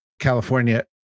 California